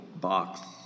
box